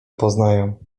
poznają